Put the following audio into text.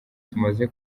tumaze